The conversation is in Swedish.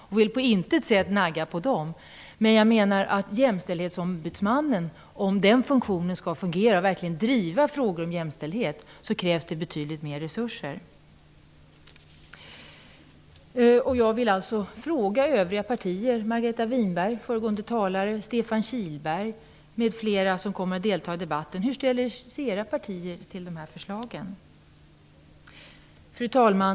Jag vill på intet sätt nagga på dem, men jag menar att om jämställdhetsombudsmannen verkligen skall kunna driva frågor om jämställdhet så krävs betydligt mer resurser. Margareta Winberg och Stefan Kihlberg och andra som skall delta i debatten: Hur ställer sig era partier till dessa förslag? Fru talman!